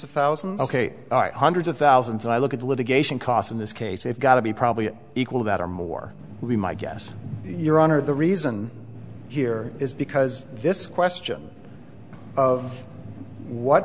of thousands ok hundreds of thousands and i look at the litigation costs in this case they've got to be probably equal that or more we my guess your honor the reason here is because this question of what